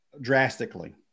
drastically